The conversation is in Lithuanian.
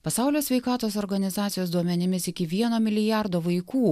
pasaulio sveikatos organizacijos duomenimis iki vieno milijardo vaikų